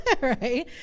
Right